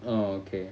oh okay